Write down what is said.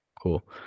cool